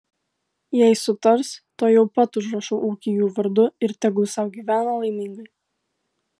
jei sutars tuojau pat užrašau ūkį jų vardu ir tegul sau gyvena laimingai